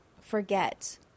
forget